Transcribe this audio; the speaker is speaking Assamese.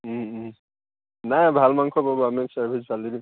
নাই ভাল মাংস পাব আমি চাৰ্ভিচ ভাল দিম